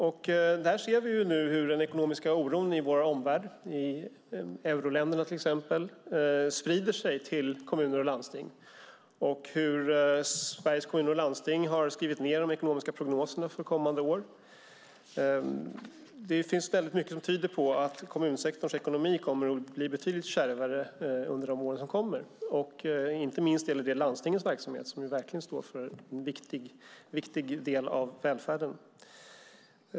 Vi ser nu hur den ekonomiska oron i vår omvärld, till exempel i euroländerna, sprider sig till kommuner och landsting och att Sveriges Kommuner och Landsting har skrivit ned de ekonomiska prognoserna för kommande år. Det är mycket som tyder på att kommunsektorns ekonomi kommer att bli betydligt kärvare under de år som kommer, och inte minst gäller det landstingens verksamhet, som verkligen står för en viktig del av välfärden.